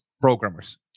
programmers